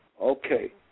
okay